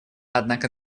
однако